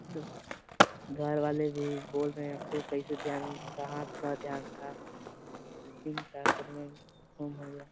घर वाले भी बोल रहे हैं कोई कैसे ध्यान कहाँ तुम्हारा ध्यान था कि चाय पीने मे गुम हो गया